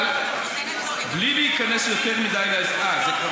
אבל, בלי להיכנס יותר מדי, אה, את זה כבר